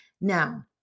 Now